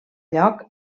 lloc